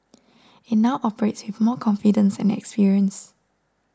it now operates more confidence and experience